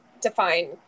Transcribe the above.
define